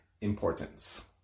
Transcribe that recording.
importance